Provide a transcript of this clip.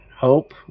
Hope